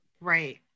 Right